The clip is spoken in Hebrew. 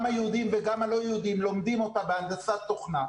גם היהודים וגם הלא-יהודים לומדים אותה בהנדסת תוכנה,